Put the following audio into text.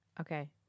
Okay